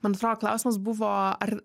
man atrodo klausimas buvo ar